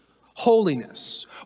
holiness